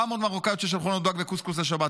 מאמות מרוקאיות ששלחו לנו דג וקוסקוס לשבת,